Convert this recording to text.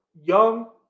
young